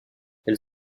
elle